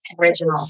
Original